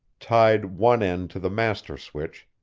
tied one end to the master switch,